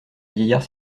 vieillard